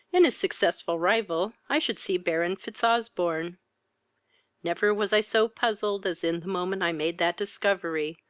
in his successful rival, i should see baron fitzosbourne never was i so puzzled as in the moment i made that discovery,